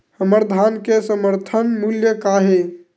हमर धान के समर्थन मूल्य का हे?